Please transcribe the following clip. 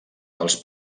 dels